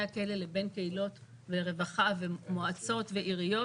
הכלא לבין קהילות ורווחה ומועצות ועיריות.